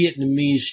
Vietnamese